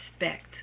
respect